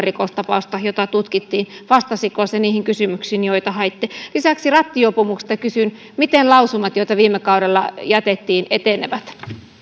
rikostapausta jotka tutkittiin vastasiko se niihin kysymyksiin joita haitte lisäksi rattijuopumuksesta kysyn miten lausumat joita viime kaudella jätettiin etenevät tiedoksi